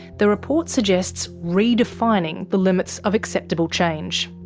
the report suggests re-defining the limits of acceptable change.